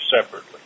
separately